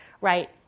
right